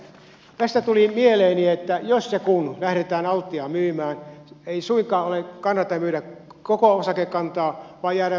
tästä tuli mieleeni että jos ja kun lähdetään altiaa myymään ei suinkaan kannata myydä koko osakekantaa vaan kannattaa jäädä vähemmistöosakkaaksi